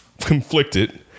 conflicted